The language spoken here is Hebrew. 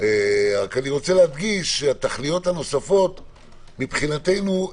שהתכליות הנוספות מבחינתנו,